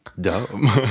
Dumb